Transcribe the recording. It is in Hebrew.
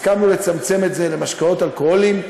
הסכמנו לצמצם את זה למשקאות אלכוהוליים.